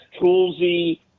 toolsy